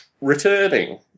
returning